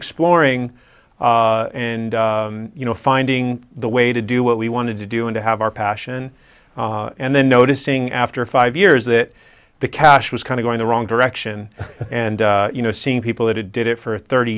exploring and you know finding the way to do what we wanted to do and to have our passion and then noticing after five years that the cash was kind of going the wrong direction and you know seeing people that it did it for thirty